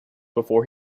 before